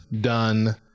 done